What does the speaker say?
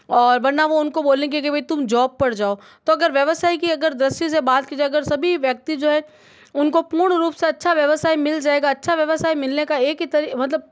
और वरना वह उनको बोलने की क्योंकि तुम जॉब पर जाओ तो अगर व्यवसाय की अगर दृस्टी से बात की जाए अगर सभी व्यक्ति जो है उनका पूर्ण रूप से अच्छा व्यवसाय मिल जाएगा अच्छा व्यवसाय मिलने का एक ही तरी मतलब